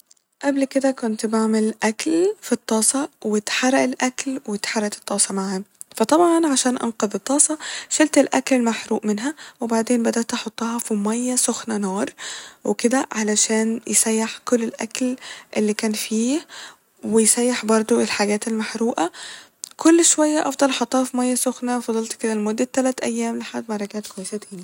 قبل كده كنت بعمل أكل ف الطاسة واتحرق الأكل واتحرقت الطاسة معاه ، فطبعا عشان أنقذ الطاسة شلت الأكل المحروق منها وبعدين بدأت أحطها ف المية سخنة نار وكده علشان يسيح كل الأكل اللي كان فيه ويسيح برضه الحاجات المحروقة ، كل شوية أفضل أحطها ف مية سخة وفضلت كده لمدة تلت أيام لحد ما رجعت كويسة تاني